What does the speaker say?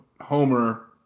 Homer